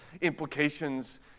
implications